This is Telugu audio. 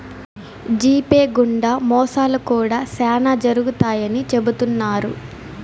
జీపే గుండా మోసాలు కూడా శ్యానా జరుగుతాయని చెబుతున్నారు